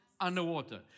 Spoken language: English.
underwater